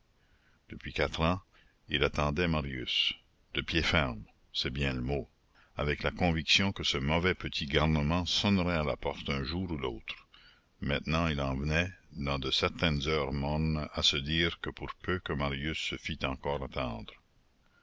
depuis quatre ans il attendait marius de pied ferme c'est bien le mot avec la conviction que ce mauvais petit garnement sonnerait à la porte un jour ou l'autre maintenant il en venait dans de certaines heures mornes à se dire que pour peu que marius se fît encore attendre